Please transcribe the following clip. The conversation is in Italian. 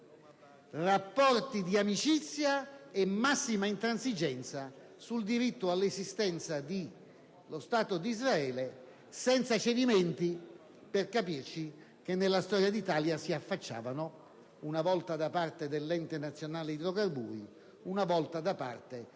rapporti di amicizia e massima intransigenza sul diritto all'esistenza dello Stato di Israele, senza quei cedimenti che nella storia d'Italia si sono affacciati, una volta da parte dell'Ente nazionale idrocarburi, una volta con certe complicità con